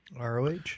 ROH